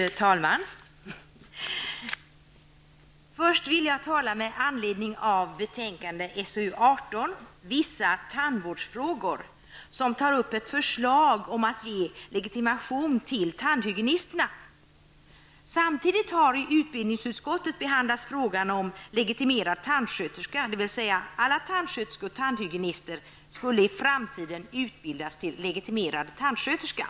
Fru talman! Först vill jag tala med anledning av betänkande SoU18, Vissa tandvårdsfrågor, som tar upp ett förslag om att ge legitimation till tandhygienisterna. Samtidigt har i utbildningsutskottet behandlats frågan om legitimerad tandsköterska, dvs. alla tandsköterskor och tandhygienister skulle i framtiden utbildas till legitimerade tandsköterskor.